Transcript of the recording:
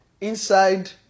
inside